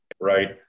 right